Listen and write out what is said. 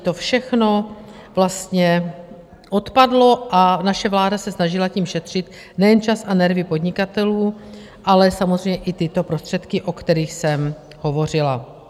To všechno vlastně odpadlo a naše vláda se snažila tím šetřit nejen čas a nervy podnikatelů, ale samozřejmě i tyto prostředky, o kterých jsem hovořila.